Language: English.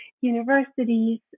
universities